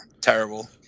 terrible